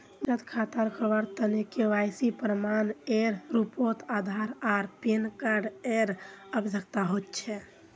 बचत खता खोलावार तने के.वाइ.सी प्रमाण एर रूपोत आधार आर पैन कार्ड एर आवश्यकता होचे